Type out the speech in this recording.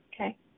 okay